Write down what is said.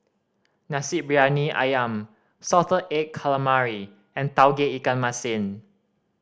Nasi Briyani Ayam salted egg calamari and Tauge Ikan Masin